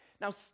Now